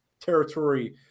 territory